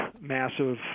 massive